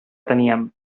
teníem